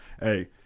Hey